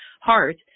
heart